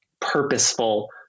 purposeful